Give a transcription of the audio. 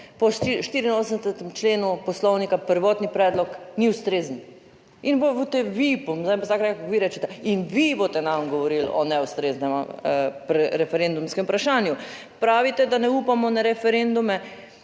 "Po 84. členu Poslovnika, prvotni predlog ni ustrezen". In boste vi, bom zdaj pa tako rekle kot vi rečete - in vi boste nam govorili o neustreznem referendumskem vprašanju? Pravite, da ne upamo na referendume,